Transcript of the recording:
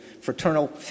fraternal